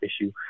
issue